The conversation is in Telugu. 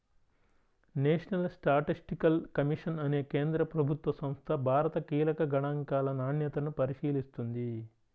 నేషనల్ స్టాటిస్టికల్ కమిషన్ అనే కేంద్ర ప్రభుత్వ సంస్థ భారత కీలక గణాంకాల నాణ్యతను పరిశీలిస్తుంది